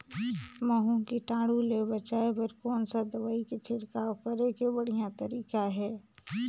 महू कीटाणु ले बचाय बर कोन सा दवाई के छिड़काव करे के बढ़िया तरीका हे?